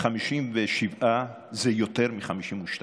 57 זה יותר מ-52.